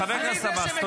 פגעת ברשויות המקומיות.